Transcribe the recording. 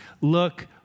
look